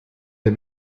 der